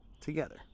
together